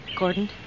Gordon